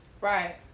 Right